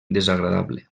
desagradable